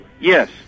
Yes